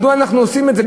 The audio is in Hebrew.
מדוע אנחנו עושים את זה?